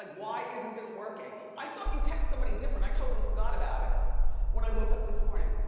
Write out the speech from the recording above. like why isn't this working? i thought you text somebody different. i totally forgot about it when i woke up this morning.